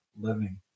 living